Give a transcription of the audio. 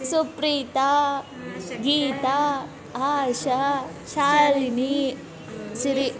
Supreetha Geetha Asha Shalini Siri